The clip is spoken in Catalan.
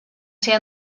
ser